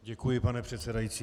Děkuji, pane předsedající.